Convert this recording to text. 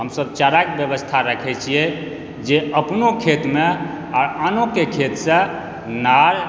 हमसब चारा के व्यवस्था राखै छियै जे अपनो खेत मे आ आनो के खेत सँ नार